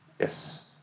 Yes